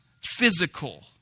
physical